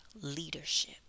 leadership